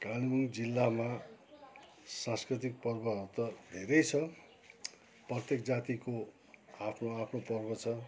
कालेबुङ जिल्लामा सांस्कृतिक पर्वहरू त धेरै छ प्रत्येक जातिको आफ्नो आफ्नो पर्व छ